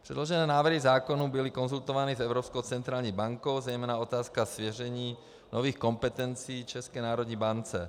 Předložené návrhy zákonů byly konzultovány s Evropskou centrální bankou, zejména otázka svěření nových kompetencí České národní bance.